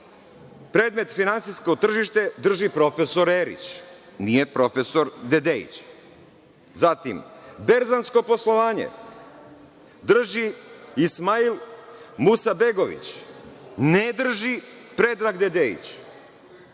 predmet finansijsko tržište drži profesor Erić, nije profesor Dedejić. Zatim, berzansko poslovanje drži Ismail Musabegović, ne drži Predrag Dedejić. Dalje,